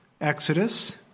Exodus